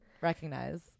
recognize